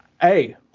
hey